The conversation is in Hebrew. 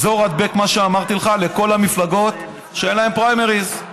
גזור והדבק מה שאמרתי לך לכל המפלגות שאין להן פריימריז.